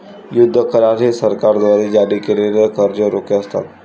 युद्ध करार हे सरकारद्वारे जारी केलेले कर्ज रोखे असतात